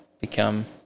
become